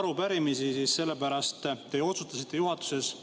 arupärimisi, siis teie otsustasite juhatuses,